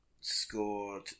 scored